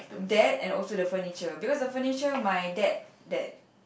dad and also the furniture because the furniture my dad that